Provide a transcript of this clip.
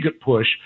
push